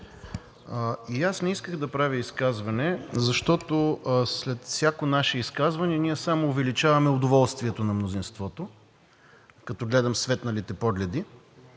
Аз не исках да правя изказване, защото след всяко наше изказване ние само увеличаваме удоволствието на мнозинството, като гледам светналите погледи,